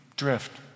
drift